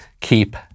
keep